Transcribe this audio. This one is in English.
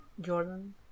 jordan